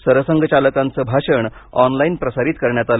सरसंघचालकांचं भाषण ऑनलाईन प्रसारित करण्यात आलं